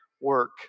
work